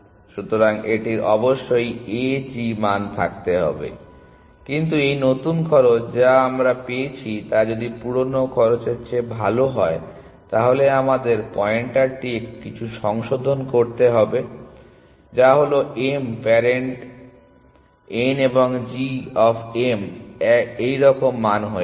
সুতরাং এটির অবশ্যই a g মান থাকতে হবে কিন্তু এই নতুন খরচ যা আমরা পেয়েছি তা যদি পুরানো খরচের চেয়ে ভাল হয় তাহলে আমাদের পয়েন্টারটির কিছু সংশোধন করতে হবে যা হল m এর প্যারেন্ট n এবং g অফ m এইরকম মান হয়ে যায়